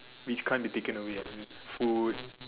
which kind that taken away is it would